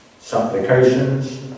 Supplications